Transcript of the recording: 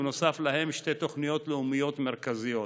ונוסף להן שתי תוכניות לאומיות מרכזיות: